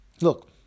look